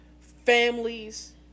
families